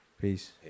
Peace